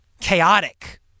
chaotic